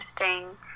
interesting